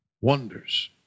wonders